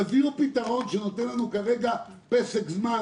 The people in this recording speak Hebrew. תביאו פתרון שנותן לנו כרגע פסק זמן